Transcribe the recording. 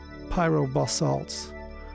pyrobasalts